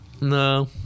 No